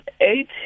eight